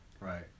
right